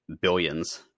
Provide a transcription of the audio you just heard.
billions